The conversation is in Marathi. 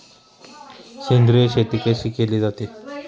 सेंद्रिय शेती कशी केली जाते?